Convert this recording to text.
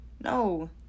No